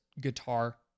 guitar